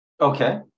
Okay